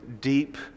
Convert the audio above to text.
deep